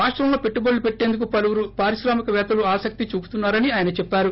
రాష్టంలో పెట్టుబడులు పెట్టేందుకు పలువురు పారిశ్రామిక పేత్తలు ఆసక్తి చూపుతున్నా రని ఆయన చెప్పారు